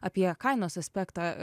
apie kainos aspektą